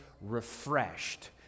refreshed